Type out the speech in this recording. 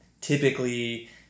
Typically